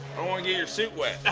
your suit wet. yeah.